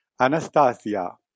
Anastasia